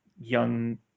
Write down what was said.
young